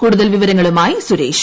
കുടൂതൽ വിവരങ്ങളുമായി സുരേഷ്